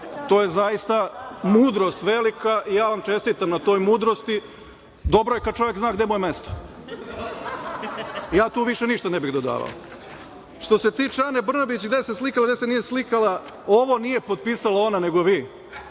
To je zaista mudrost velika. Ja vam čestitam na toj mudrosti. Dobro je kad čovek zna gde mu je mesto. Ja tu više ništa ne bih dodavao. Što se tiče Ane Brnabić, gde se slikala, gde se nije slikala, ovo nije potpisala ona, nego vi.